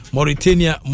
Mauritania